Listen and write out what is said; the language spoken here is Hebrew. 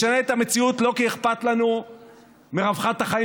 ישנה את המציאות לא כי אכפת לנו מרווחת החיים